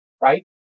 Right